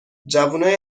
جوونای